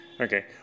Okay